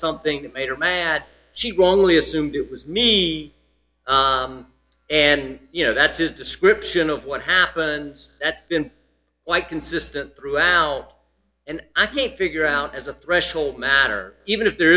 something that made her mad she wrongly assumed it was me and you know that's his description of what happens that's been quite consistent throughout and i can't figure out as a threshold matter even if there